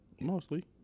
mostly